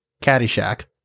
Caddyshack